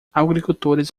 agricultores